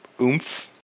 oomph